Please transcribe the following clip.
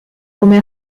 come